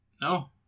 No